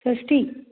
षष्टिः